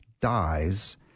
dies